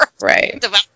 Right